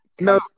no